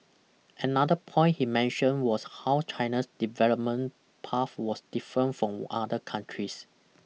another point he mentioned was how China's development path was different from other countries